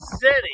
city